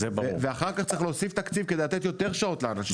ואחר כך צריך להוסיף תקציב כדי לתת יותר שעות לאנשים.